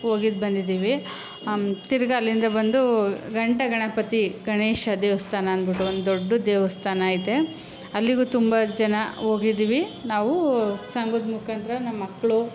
ಹೋಗಿದ್ದು ಬಂದಿದ್ದೀವಿ ತಿರುಗಾ ಅಲ್ಲಿಂದ ಬಂದು ಘಂಟೆ ಗಣಪತಿ ಗಣೇಶ ದೇವಸ್ಥಾನ ಅಂದ್ಬಿಟ್ಟು ಒಂದು ದೊಡ್ಡದು ದೇವಸ್ಥಾನ ಐತೆ ಅಲ್ಲಿಗೂ ತುಂಬ ಜನ ಹೋಗಿದ್ದೀವಿ ನಾವು ಸಂಘದ ಮುಖಾಂತರ ನಮ್ಮ ಮಕ್ಕಳು